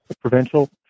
provincial